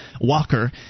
walker